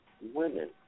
women